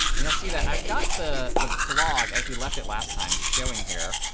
and you'll see that i've got the the blog as we left it last time showing here.